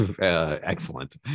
excellent